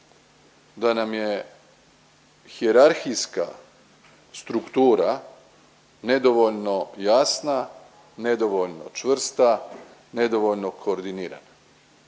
da nam je hijerarhijska struktura nedovoljno jasna, nedovoljno čvrsta, nedovoljno koordinirana.